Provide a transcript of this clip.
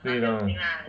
对 lah